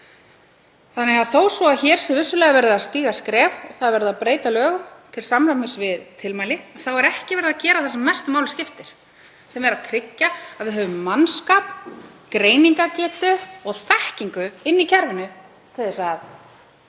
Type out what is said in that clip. Þannig að þó að hér sé vissulega verið að stíga skref, verið að breyta lögum til samræmis við tilmæli, er ekki verið að gera það sem mestu máli skiptir, sem er að tryggja að við höfum mannskap, greiningargetu og þekkingu í kerfinu til að